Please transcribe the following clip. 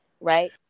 right